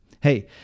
Hey